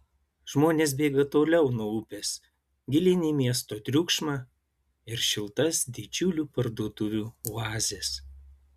žmonės bėga toliau nuo upės gilyn į miesto triukšmą ir šiltas didžiulių parduotuvių oazes